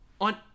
On